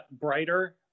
brighter